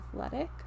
athletic